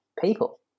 people